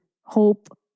hope